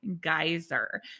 Geyser